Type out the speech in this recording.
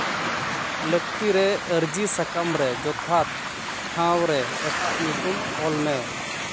ᱞᱟᱹᱠᱛᱤ ᱨᱮ ᱟᱹᱨᱡᱤ ᱥᱟᱠᱟᱢ ᱨᱮ ᱡᱚᱛᱷᱟᱛ ᱴᱷᱟᱶ ᱨᱮ ᱮᱴᱟᱜ ᱧᱩᱛᱩᱢ ᱚᱞ ᱢᱮ